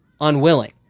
unwilling